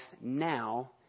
now